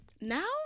Now